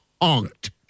honked